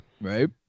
Right